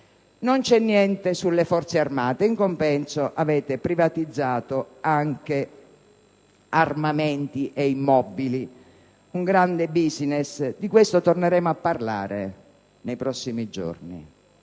Non c'è niente sulle Forze armate. In compenso avete privatizzato anche armamenti ed immobili, un grande *business*. Di questo torneremo a parlare nei prossimi giorni,